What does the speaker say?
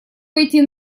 пойти